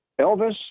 Elvis